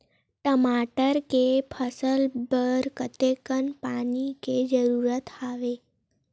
टमाटर के फसल बर कतेकन पानी के जरूरत हवय?